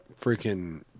freaking